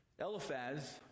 Eliphaz